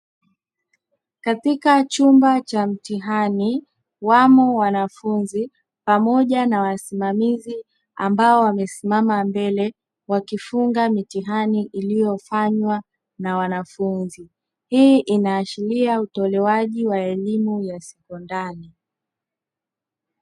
Katika chumba cha mtihani wamo wanafunzi pamoja na wasimamizi ambao wamesimama mbele wakifunga mitihani, iliyofanywa na wanafunzi hii inaashiria utolewaji wa elimu ya sekondari.